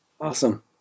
Awesome